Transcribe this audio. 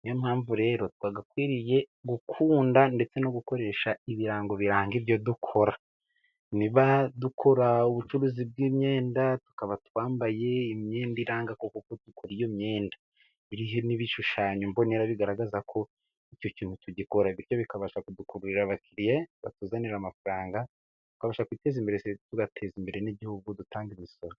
niyo mpamvu rero twagakwiriye gukunda, ndetse no gukoresha ibirango biranga ibyo dukora, niba dukora ubucuruzi bw'imyenda, tukaba twambaye imyenda iranga ko kuko dukora iyo myenda, iriho n'ibishushanyo mbonera bigaragaza ko icyo kintu tugikora, bityo bikabasha kudukururira abakiriya batuzanira amafaranga, tukabasha kwiteza imbere, tugateza imbere n'igihugu dutanga imisoro.